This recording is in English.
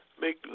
make